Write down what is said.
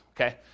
okay